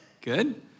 Good